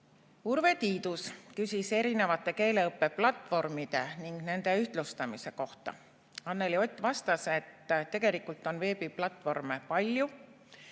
Urve Tiidus küsis keeleõppeplatvormide ning nende ühtlustamise kohta. Anneli Ott vastas, et tegelikult on veebiplatvorme palju